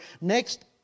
next